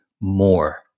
more